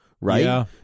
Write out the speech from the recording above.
right